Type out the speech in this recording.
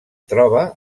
troba